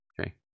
Okay